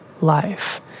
life